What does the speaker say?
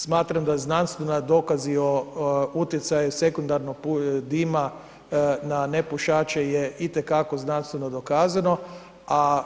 Smatram da znanstveni dokazi o utjecaju sekundarnog dima na nepušače je i te kako znanstveno dokazano, a